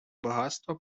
багатства